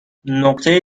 نقطه